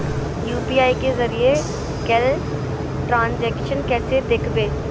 UPI के जरिए कैल ट्रांजेक्शन कैसे देखबै?